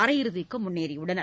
அரையிறுதிக்கு முன்னேறியுள்ளனர்